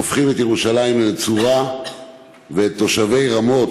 הופכים את ירושלים לנצורה ואת תושבי רמות,